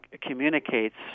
communicates